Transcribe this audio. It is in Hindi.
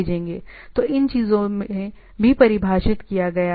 तो उन चीजों में भी परिभाषित किया गया है